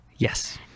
Yes